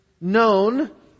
known